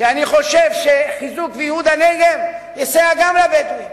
כי אני חושב שחיזוק וייהוד של הנגב יסייעו גם לבדואים,